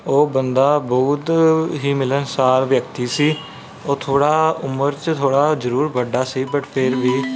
ਉਹ ਬੰਦਾ ਬਹੁਤ ਹੀ ਮਿਲਣਸਾਰ ਵਿਅਕਤੀ ਸੀ ਉਹ ਥੋੜ੍ਹਾ ਉਮਰ 'ਚ ਥੋੜ੍ਹਾ ਜ਼ਰੂਰ ਵੱਡਾ ਸੀ ਬਟ ਫਿਰ ਵੀ